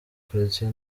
croatia